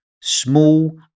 small